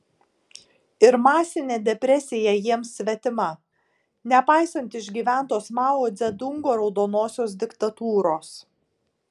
ir masinė depresija jiems svetima nepaisant išgyventos mao dzedungo raudonosios diktatūros